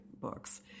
books